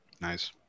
nice